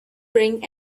bring